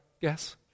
guess